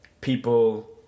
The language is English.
people